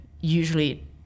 usually